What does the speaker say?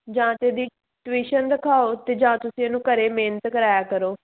ਜਾਂ ਤਾਂ ਇਹਦੀ ਟਿਵੀਸ਼ਨ ਰਖਾਓ ਅਤੇ ਜਾਂ ਤੁਸੀਂ ਇਹਨੂੰ ਘਰ ਮਿਹਨਤ ਕਰਾਇਆ ਕਰੋ